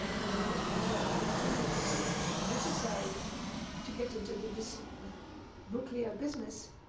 you know whether it was really necessary to get into this nuclear business.